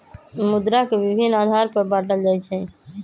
मुद्रा के विभिन्न आधार पर बाटल जाइ छइ